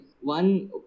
One